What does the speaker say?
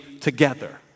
together